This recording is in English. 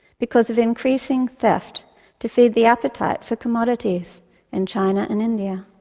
because of increasing theft to feed the appetite for commodities in china and india.